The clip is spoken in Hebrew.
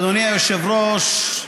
אדוני היושב-ראש,